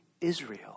Israel